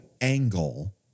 angle